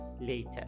later